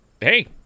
Hey